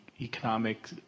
economic